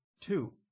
two